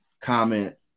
comment